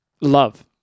love